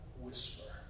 whisper